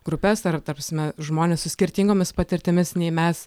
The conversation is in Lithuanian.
grupes ar ta prasme žmones su skirtingomis patirtimis nei mes